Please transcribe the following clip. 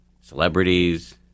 Celebrities